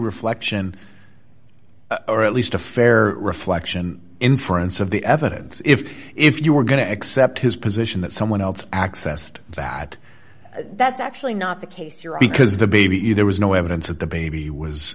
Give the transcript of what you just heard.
reflection or at least a fair reflection inference of the evidence if if you were going to accept his position that someone else accessed that that's actually not the case you're because the baby there was no evidence that the baby was